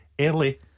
early